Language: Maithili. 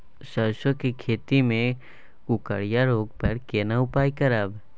सरसो के खेती मे कुकुरिया रोग पर केना उपाय करब?